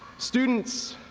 students,